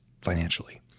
financially